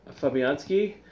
Fabianski